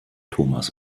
thomas